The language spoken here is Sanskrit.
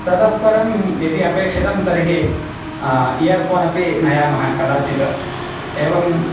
ततः परं यदि अपेक्षितं तर्हि इयर् फ़ोनपि नयामः कदाचित् एवम्